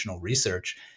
research